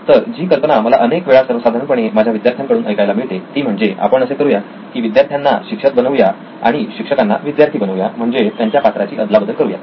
तर जी कल्पना मला अनेक वेळा सर्वसाधारणपणे माझ्या विद्यार्थ्यांकडून ऐकायला मिळते ती म्हणजे आपण असे करू या की विद्यार्थ्यांना शिक्षक बनवूया आणि शिक्षकांना विद्यार्थी बनवूया म्हणजे त्यांच्या पात्राची अदलाबदल करूयात